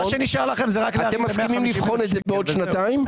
אתם מסכימים לבחון את זה בעוד שנתיים?